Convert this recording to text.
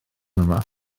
yma